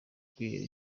kwihera